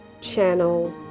channel